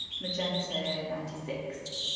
magenta ninety six,